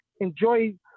Enjoy